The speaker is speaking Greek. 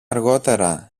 αργότερα